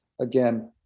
again